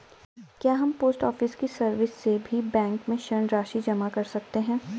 क्या हम post office की सर्विस से भी बैंक में ऋण राशि जमा कर सकते हैं?